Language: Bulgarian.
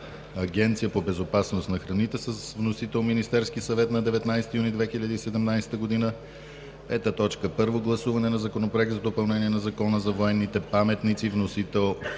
агенция по безопасност на храните. Вносител е Министерският съвет на 19 юни 2017 г. 5. Първо гласуване на Законопроекта за допълнение на Закона за военните паметници. Вносители